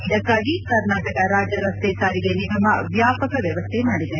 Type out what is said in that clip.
ಇದಕ್ಕಾಗಿ ಕರ್ನಾಟಕ ರಾಜ್ಯ ರಸ್ತೆ ಸಾರಿಗೆ ನಿಗಮ ವ್ಯಾಪಕ ವ್ಯವಸ್ಥೆ ಮಾಡಿದೆ